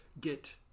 get